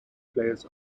players